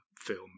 film